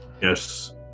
Yes